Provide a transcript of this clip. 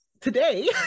Today